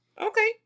okay